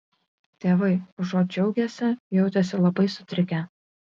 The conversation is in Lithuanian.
tėvai užuot džiaugęsi jautėsi labai sutrikę